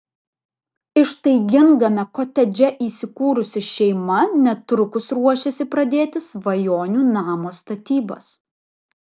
ištaigingame kotedže įsikūrusi šeima netrukus ruošiasi pradėti svajonių namo statybas